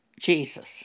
Jesus